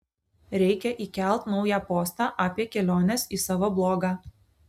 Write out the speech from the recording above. reikia įkelt naują postą apie keliones į savo blogą